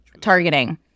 Targeting